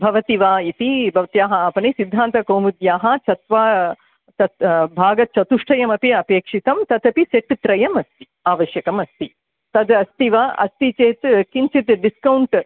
भवति वा इति भवत्याः आपणे सिद्धान्तकौमुद्याः चत्वारः तत् भागचतुष्टयमपि अपेक्षितं तदपि सेट्त्रयम् अस्ति आवश्यकमस्ति तदस्ति वा अस्ति चेत् किञ्चित् डिस्कौण्ट्